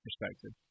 perspective